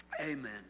Amen